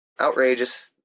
outrageous